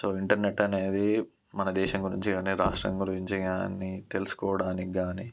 so internet అనేది మన దేశం గురించి కాని రాష్ట్రం గురించి కాని తెలుసుకోవడానికి కాని